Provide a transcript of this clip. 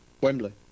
Wembley